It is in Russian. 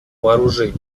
вооружений